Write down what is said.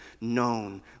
known